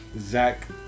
Zach